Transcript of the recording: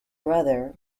brother